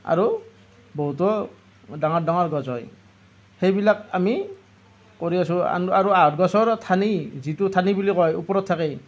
আৰু বহুতো ডাঙৰ ডাঙৰ গছ হয় সেইবিলাক আমি কৰি আছোঁ আন আৰু আহঁত গছৰ ঠানি যিটো ঠাৰি বুলি কয় ওপৰত থাকে